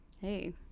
Hey